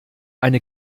eine